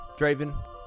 Draven